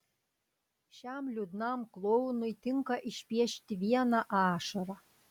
šiam liūdnam klounui tinka išpiešti vieną ašarą